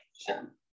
Sure